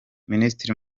minisitiri